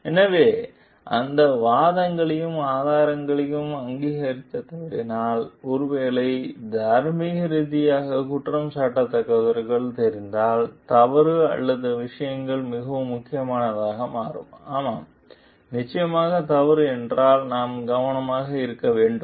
எனவே அந்த வாதங்களையும் ஆதாரங்களையும் அங்கீகரிக்கத் தவறினால் ஒருவேளை தார்மீக ரீதியாக குற்றம் சாட்டத்தக்கவர்களுக்குத் தெரிந்தால் தவறு அல்லாத விஷயங்கள் மிகவும் முக்கியமானதாக மாறும் ஆமாம் நிச்சயமாக தவறு என்றால் நாம் கவனமாக இருக்க வேண்டும்